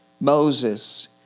Moses